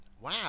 wow